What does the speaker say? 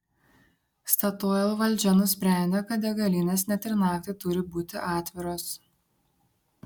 statoil valdžia nusprendė kad degalinės net ir naktį turi būti atviros